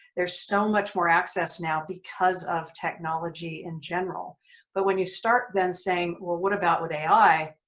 there's so much more access now because of technology in general but when you start then saying well what about with ai?